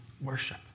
worship